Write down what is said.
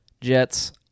Jets